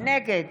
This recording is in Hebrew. נגד